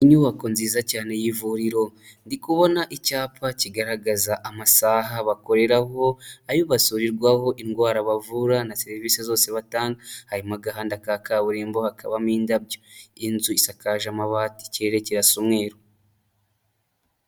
Inyubako nziza cyane y'ivuriro ndi kubona icyapa kigaragaza amasaha bakoreraho, ayo basurirwaho indwara bavura na serivisi zose batanga harimo agahanda ka kaburimbo hakabamo indabyo, inzu isakaje amabati ikerere kirasa umweru .